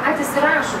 patys ir rašo